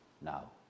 now